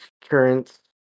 currents